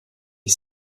est